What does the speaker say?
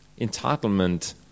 Entitlement